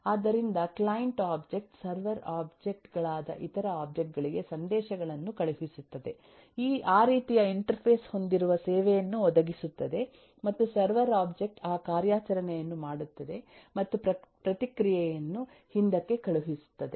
ಆದ್ದರಿಂದಕ್ಲೈಂಟ್ object server object ಗಳಾದ ಇತರ object ಗಳಿಗೆಸಂದೇಶಗಳನ್ನು ಕಳುಹಿಸುತ್ತದೆ ಆ ರೀತಿಯ ಇಂಟರ್ಫೇಸ್ ಹೊಂದಿರುವ ಸೇವೆಯನ್ನು ಒದಗಿಸುತ್ತದೆ ಮತ್ತು ಸರ್ವರ್ ಒಬ್ಜೆಕ್ಟ್ ಆ ಕಾರ್ಯಾಚರಣೆಯನ್ನು ಮಾಡುತ್ತದೆ ಮತ್ತು ಪ್ರತಿಕ್ರಿಯೆಯನ್ನು ಹಿಂದಕ್ಕೆ ಕಳುಹಿಸುತ್ತದೆ